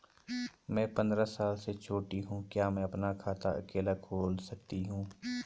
मैं पंद्रह साल से छोटी हूँ क्या मैं अपना खाता अकेला खोल सकती हूँ?